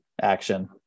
action